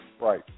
Right